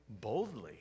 boldly